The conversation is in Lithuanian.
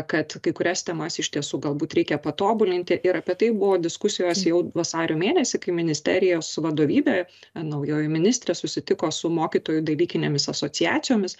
kad kai kurias temas iš tiesų galbūt reikia patobulinti ir apie tai buvo diskusijos jau vasario mėnesį kai ministerijos vadovybė naujoji ministrė susitiko su mokytojų dalykinėmis asociacijomis